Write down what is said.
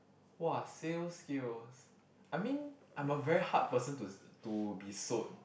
!wah! sales skill I mean I'm a very hard person to to be sold